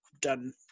done